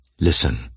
Listen